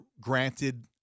granted